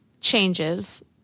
changes